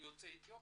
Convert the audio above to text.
שלום לכולם,